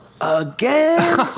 again